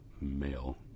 male